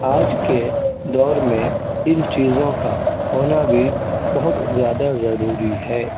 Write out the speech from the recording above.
آج کے دور میں ان چیزوں کا ہونا بھی بہت زیادہ ضروری ہے